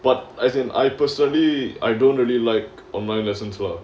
but as in I personally I don't really like online lessons lah